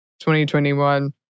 2021